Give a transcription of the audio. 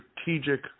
strategic